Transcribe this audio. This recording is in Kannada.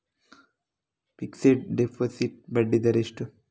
ಫಿಕ್ಸೆಡ್ ಡೆಪೋಸಿಟ್ ಬಡ್ಡಿ ದರ ಎಷ್ಟು?